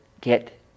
get